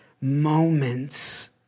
moments